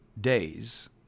days